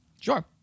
Sure